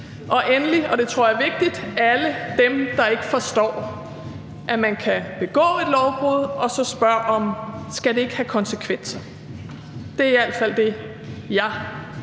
og endelig, og det tror jeg er vigtigt, alle dem, der ikke forstår, at man kan begå et lovbrud, og så spørger, om det ikke skal have konsekvenser. Det er i hvert fald det, jeg